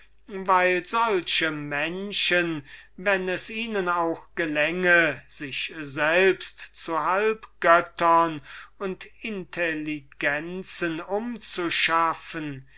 weil solche menschen wenn es ihnen auch gelänge sich selbst zu halbgöttern und intelligenzen umzuschaffen